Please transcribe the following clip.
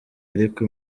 ariko